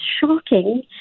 shocking